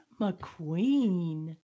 McQueen